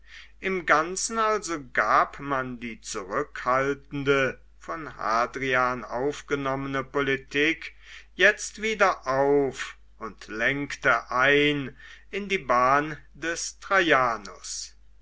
im ganzen also gab man die zurückhaltende von hadrian aufgenommene politik jetzt wieder auf und lenkte ein in die bahn des